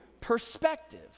perspective